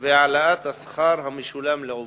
ולהעלאת השכר המשולם לעובדים.